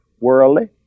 Worldly